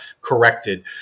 corrected